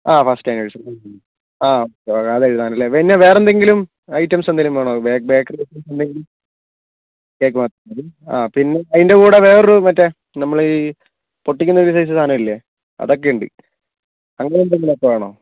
അ first anniversary അത് എഴുതാം അല്ലേ പിന്നെ വേറെന്തെങ്കിലും ഐറ്റംസ് എന്തെങ്കിലും വേണോ ബേക്കറി ഐറ്റംസ് എന്തെങ്കിലും കേക്ക് മാത്രം മതി പിന്നെ അതിൻ്റെ കൂടെ വേറൊരു മറ്റേ നമ്മൾ ഈ പൊട്ടിക്കുന്ന ഒരു സൈസ് സാധനം ഇല്ലേ അതൊക്കെ ഉണ്ട് അങ്ങനെ എന്തേലും ഒക്കെ വേണോ